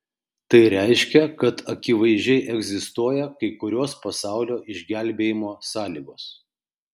tai reiškia kad akivaizdžiai egzistuoja kai kurios pasaulio išgelbėjimo sąlygos